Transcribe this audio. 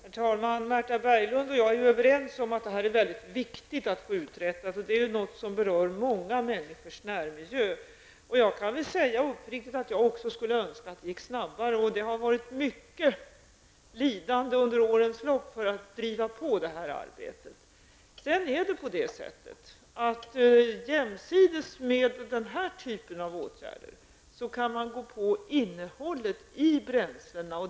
Herr talman! Märtha Berglund och jag är överens om att det här är mycket viktigt att få uträttat. Det berör många människors närmiljö. Jag kan säga uppriktigt att också jag önskar att det skulle gå snabbare. Det har varit fråga om mycket lidande under årens lopp för att driva på det här arbetet. Jämsides med den här typen av åtgärder kan man gå på innehållet i bränslena.